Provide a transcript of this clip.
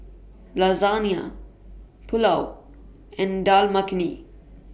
Lasagna Pulao and Dal Makhani